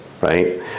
right